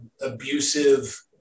abusive